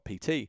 PT